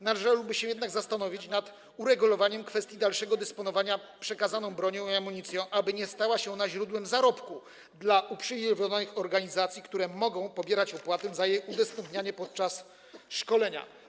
Należałoby się jednak zastanowić nad uregulowaniem kwestii dalszego dysponowania przekazaną bronią i amunicją, aby nie stała się ona źródłem zarobku dla uprzywilejowanych organizacji, które mogą pobierać opłaty za jej udostępnianie podczas szkolenia.